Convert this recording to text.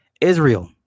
Israel